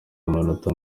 amanota